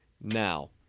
now